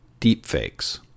Deepfakes